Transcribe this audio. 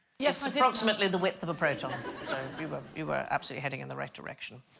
yes, ultimately the width of a proton you but you were absolutely heading in the right direction.